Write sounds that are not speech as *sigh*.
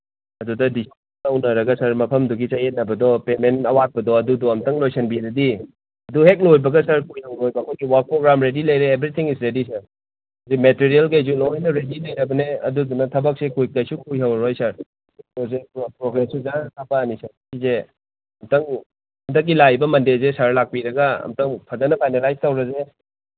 ꯑꯗꯨꯗ ꯗꯤ ꯁꯤꯒ ꯎꯅꯔꯒ ꯁꯥꯔ ꯃꯐꯝꯗꯨꯒꯤ ꯆꯌꯦꯠꯅꯕꯗꯣ ꯄꯦꯃꯦꯟ ꯑꯋꯥꯠꯄꯗꯣ ꯑꯗꯨꯗꯣ ꯑꯝꯇꯪ ꯂꯣꯏꯁꯟꯕꯤꯔꯗꯤ ꯑꯗꯨ ꯍꯦꯛ ꯂꯣꯏꯕꯒ ꯁꯥꯔ *unintelligible* ꯑꯩꯈꯣꯏꯒꯤ ꯋꯥꯔꯛ ꯄ꯭ꯔꯣꯒ꯭ꯔꯥꯝ ꯔꯦꯗꯤ ꯂꯩꯔꯦ ꯑꯦꯚ꯭ꯔꯤꯊꯤꯡ ꯏꯁ ꯔꯦꯗꯤ ꯁꯥꯔ ꯑꯗꯩ ꯃꯦꯇꯔꯤꯌꯦꯜꯈꯩꯁꯨ ꯂꯣꯏꯅ ꯔꯦꯗꯤ ꯂꯩꯔꯕꯅꯦ ꯑꯗꯨꯗꯨꯅ ꯊꯕꯛꯁꯦ ꯀꯩꯁꯨ ꯀꯨꯏꯍꯧꯔꯔꯣꯏ ꯁꯥꯔ ꯄ꯭ꯔꯣꯖꯦꯛꯇꯨ ꯄ꯭ꯔꯣꯒ꯭ꯔꯦꯁꯁꯨ ꯖꯔ ꯀꯥꯞꯄꯛꯑꯅꯤ ꯁꯥꯔ ꯁꯤꯁꯦ ꯈꯤꯇꯪ ꯍꯟꯗꯛꯀꯤ ꯂꯥꯛꯏꯕ ꯃꯟꯗꯦꯁꯦ ꯁꯥꯔ ꯂꯥꯛꯄꯤꯔꯒ ꯑꯝꯇꯪ ꯐꯖꯅ ꯐꯥꯏꯅꯦꯂꯥꯏꯁ ꯇꯧꯔꯁꯦ